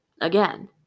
again